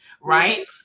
right